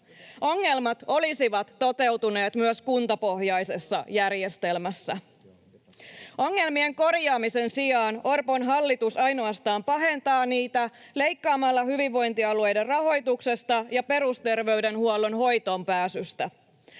Ongelmat olisivat toteutuneet myös kuntapohjaisessa järjestelmässä. Ongelmien korjaamisen sijasta Orpon hallitus ainoastaan pahentaa niitä leikkaamalla hyvinvointialueiden rahoituksesta ja perusterveydenhuollon hoitoonpääsystä.